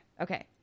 Okay